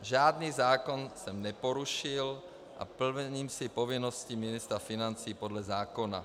Žádný zákon jsem neporušil a plním si povinnosti ministra financí podle zákona.